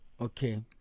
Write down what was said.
Okay